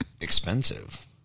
expensive